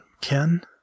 Ken